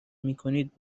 میکنید